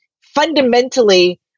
fundamentally